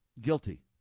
guilty